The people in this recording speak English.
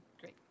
Great